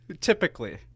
typically